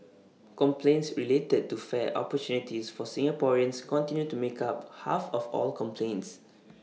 complaints related to fair opportunities for Singaporeans continue to make up half of all complaints